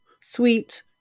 sweet